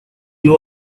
you